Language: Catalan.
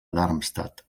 darmstadt